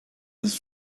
his